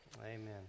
Amen